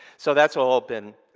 so that's all been.